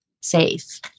safe